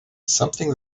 something